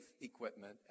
equipment